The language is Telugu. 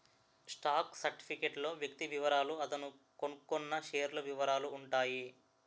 స్టాక్ సర్టిఫికేట్ లో వ్యక్తి వివరాలు అతను కొన్నకొన్న షేర్ల వివరాలు ఉంటాయి